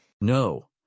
No